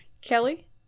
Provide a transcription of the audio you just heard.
Kelly